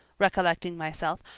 recollecting myself,